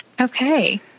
Okay